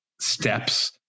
steps